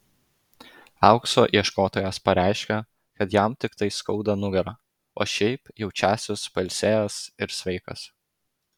aukso ieškotojas pareiškė kad jam tiktai skauda nugarą o šiaip jaučiąsis pailsėjęs ir sveikas